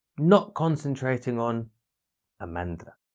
not concentrating on a mantra,